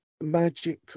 magic